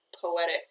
poetic